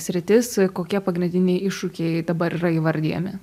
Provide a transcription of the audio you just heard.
sritis kokie pagrindiniai iššūkiai dabar yra įvardijami